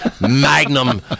magnum